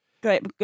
Great